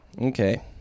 okay